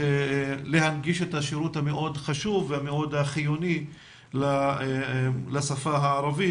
להנגיש את השירות המאוד חשוב והמאוד חיוני לשפה הערבית.